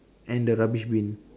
and the rubbish bin